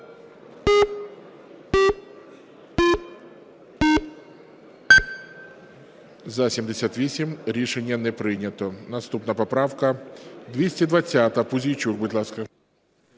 За-78 Рішення не прийнято. Наступна поправка 220. Пузійчук, будь ласка.